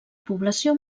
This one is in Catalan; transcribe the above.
població